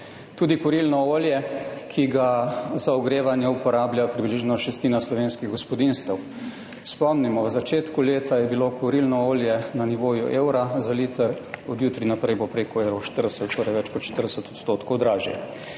tudi kurilno olje, ki ga za ogrevanje uporablja približno šestina slovenskih gospodinjstev. Spomnimo, v začetku leta je bilo kurilno olje na nivoju 1 evra za liter, od jutri naprej bo preko 1,40, torej več kot 40 odstotkov dražje.